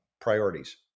priorities